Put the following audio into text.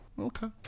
Okay